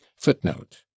Footnote